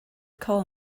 call